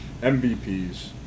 MVPs